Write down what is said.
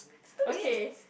it's two minutes